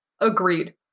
Agreed